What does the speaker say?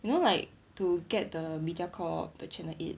you know like to get the mediacorp the channel eight